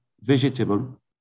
vegetable